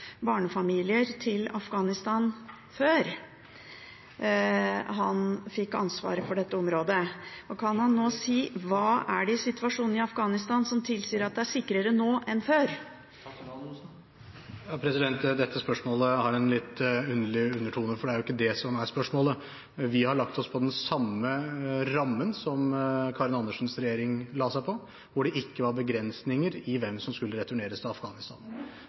barnefamilier til Afghanistan før han fikk ansvaret for dette området. Kan han nå si hva det er i situasjonen i Afghanistan som tilsier at det er sikrere nå enn før? Dette spørsmålet har en litt underlig undertone, for det er jo ikke det som er spørsmålet. Vi har lagt oss innenfor den samme rammen som Karin Andersens regjering la seg innenfor, hvor det ikke var begrensninger i hvem som skulle returneres til Afghanistan.